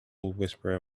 whisperer